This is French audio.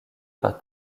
par